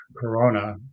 corona